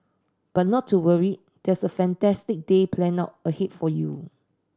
but not to worry there's a fantastic day planned out ahead for you